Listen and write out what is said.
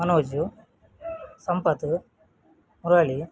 Manoj Sampath Murali